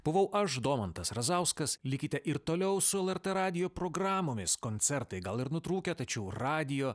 buvau aš domantas razauskas likite ir toliau su lrt radijo programomis koncertai gal ir nutrūkę tačiau radijo